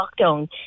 lockdown